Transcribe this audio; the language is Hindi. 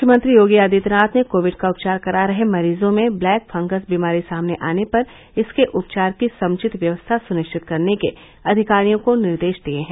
मुख्यमंत्री योगी आदित्यनाथ ने कोविड का उपचार करा रहे मरीजों में ब्लैक फंगस बीमारी सामने आने पर इसके उपचार की समुचित व्यवस्था सुनिश्चित करने के अधिकारियों को निर्देश दिये हैं